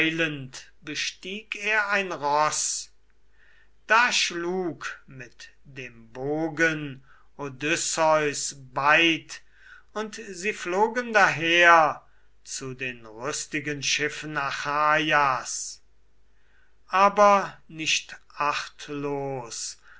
bestieg er ein roß da schlug mit dem bogen odysseus beid und sie flogen daher zu den rüstigen schiffen achaja aber nicht achtlos